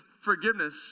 forgiveness